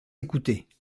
écoutée